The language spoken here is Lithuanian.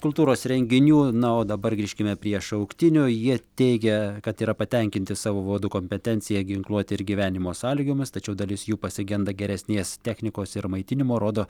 kultūros renginių na o dabar grįžkime prie šauktinių jie teigia kad yra patenkinti savo vadų kompetencija ginkluote ir gyvenimo sąlygomis tačiau dalis jų pasigenda geresnės technikos ir maitinimo rodo